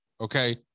okay